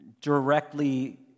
directly